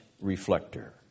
reflector